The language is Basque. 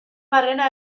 barrena